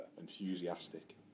enthusiastic